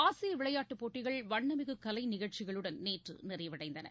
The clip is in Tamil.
ஆசியவிளையாட்டுப் போட்டிகள் வண்ணமிகுகலைநிகழ்ச்சிகளுடன் நேற்றுநிறைவடைந்தன